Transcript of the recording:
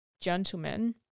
gentlemen